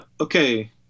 Okay